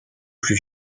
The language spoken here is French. plus